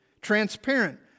transparent